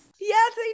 Yes